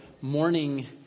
morning